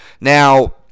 Now